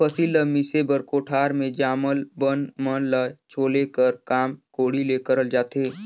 फसिल ल मिसे बर कोठार मे जामल बन मन ल छोले कर काम कोड़ी ले करल जाथे